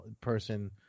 person –